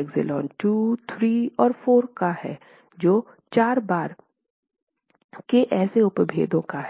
ε 2 ε 3 और ε 4 का हैं जो 4 बार के इसी उपभेदों का हैं